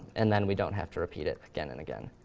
and then we don't have to repeat it again and again.